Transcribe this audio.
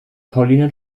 pauline